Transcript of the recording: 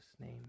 name